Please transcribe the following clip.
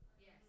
Yes